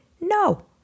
No